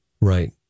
Right